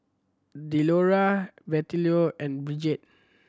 Delora Bettylou and Brigette